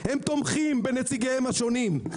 הם תומכים בנציגיהם השונים.